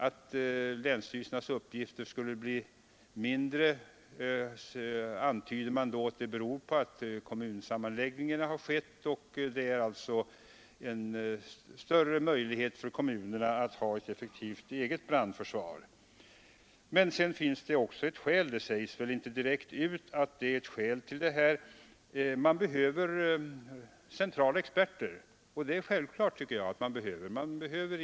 Att länsstyrelsernas uppgifter kommer att bli mindre antyder man skulle bero på att de kommunsammanläggningar som skett har skapat större möjligheter för kommunerna att ha ett effektivt eget brandförsvar. Det finns också ett annat skäl, även om det inte sägs direkt ut att det är ett skäl till förslaget: man behöver centrala experter. Det är självklart, tycker jag, att man behöver experter.